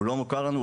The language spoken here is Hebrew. לא מוכר לנו,